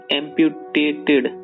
amputated